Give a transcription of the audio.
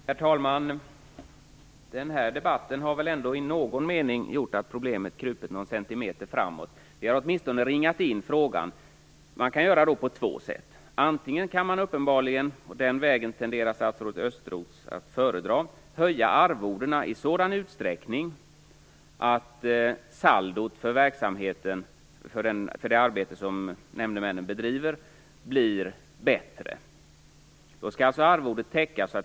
Herr talman! Den här debatten har väl ändå i någon mening gjort att problemet krupit någon centimeter framåt. Vi har åtminstone ringat in frågan. Man kan lösa frågan på två sätt. Antingen kan man höja arvodena i sådan utsträckning att saldot för det arbete som nämndemännen bedriver blir bättre, och den vägen tenderar statsrådet Östros att föredra.